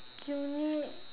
uni